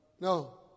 No